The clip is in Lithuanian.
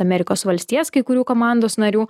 amerikos valstijas kai kurių komandos narių